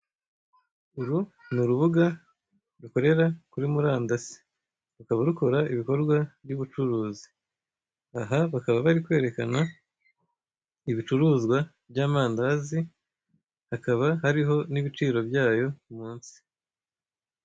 Uru ni urubuga rukorera kuri murandasi, rukaba rukora ibikorwa by'ubucuruzi, aha bakaba bari kwerekana ibicuruzwa by'amandazi, hakaba hariho n'ibiciro byayo munsi.